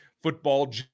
Football